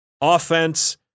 Offense